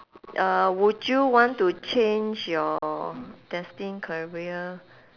uh would you want to change your destined career